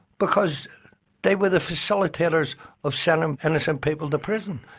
because they were the facilitators of sending innocent people to prison,